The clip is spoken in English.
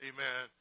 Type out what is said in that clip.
Amen